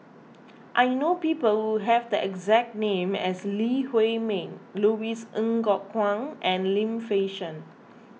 I know people who have the exact name as Lee Huei Min Louis Ng Kok Kwang and Lim Fei Shen